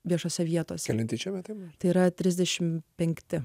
viešose vietose limpančiom akim tai yra trisdešim penkti